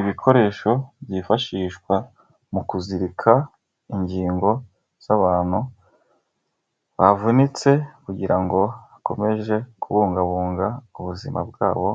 Ibikoresho byifashishwa mu kuzirika ingingo z'abantu bavunitse, kugira ngo bakomeze kubungabunga ubuzima bwabo,